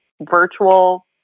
virtual